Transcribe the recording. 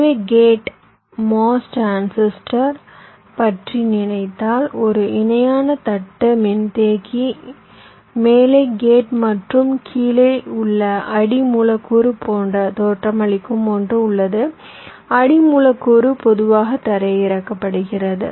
எனவே gate MOS transistor பற்றி நினைத்தால் ஒரு இணையான தட்டு மின்தேக்கி மேலே கேட் மற்றும் கீழே உள்ள அடி மூலக்கூறு போன்ற தோற்றமளிக்கும் ஒன்று உள்ளது அடி மூலக்கூறு பொதுவாக தரையிறக்கப்படுகிறது